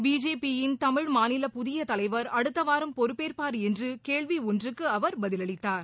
பிஜேபியின் தமிழ் மாநில புதிய தலைவர் அடுத்த வாரம் பொறுப்பேற்பார் என்று கேள்வி ஒன்றுக்கு அவர் பதிலளித்தார்